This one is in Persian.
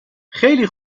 خیلی